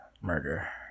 Murder